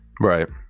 Right